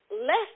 less